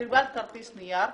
קיבלת כרטיס נייר,